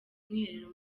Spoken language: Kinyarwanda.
umwiherero